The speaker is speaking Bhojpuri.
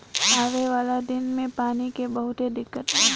आवे वाला दिन मे पानी के बहुते दिक्कत बा